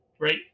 right